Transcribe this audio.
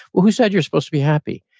who who said you're supposed to be happy?